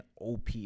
OP